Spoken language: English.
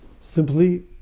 simply